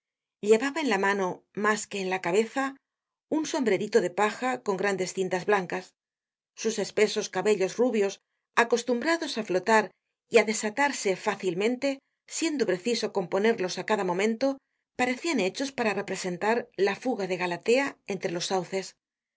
llevaba en la mano mas que en la cabeza un sombrerito de paja con grandes cintas blancas sus espesos cabellos rubios acostumbrados á flotar y á desatarse fácilmente siendo preciso componerlos á cada momento parecian hechos para representar la fuga de galatea entre los sauces